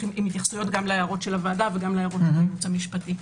ההתייחסויות להערות של הוועדה וגם לאלה של הייעוץ המשפטי.